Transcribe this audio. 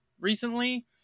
recently